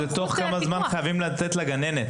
זה תוך כמה זמן חייבים לתת לגננת.